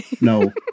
no